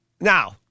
Now